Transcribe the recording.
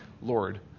Lord